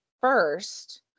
first